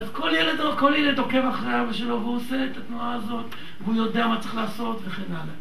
כל ילד עוקב אחרי אבא שלו, והוא עושה את התנועה הזאת והוא יודע מה צריך לעשות וכן הלאה.